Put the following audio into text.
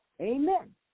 Amen